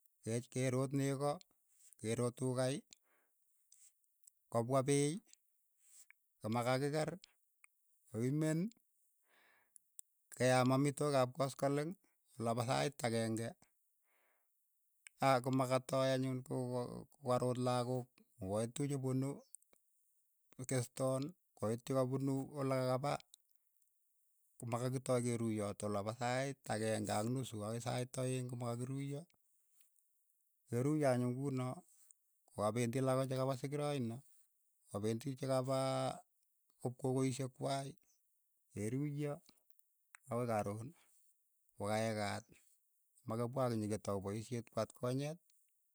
Kep keroot neko keroot tuuk kai, kopwa piiy, koma kakikeer, koimeen, ke aam amitwogik ap koskoleng, ola pa sait akeng'e aa komakatoi anyun ko- ko ko aroor lakok, ng'o kaitu che punu itestoon, kaitu kapunu ole kakapa ko ma kakitoi keruuyot olapa sait akeng'e ak nusu akoi sait aeng' komakakiruuyo, keruiyo anyun kuuno, ko kapendi lakok cha kapa sikiroino. kapendi cha ka pa kop ko koishek kwai, kee ruiyo akoi karoon ko kaekaat makipwa kinyeketau paisheet ku atkonyeet.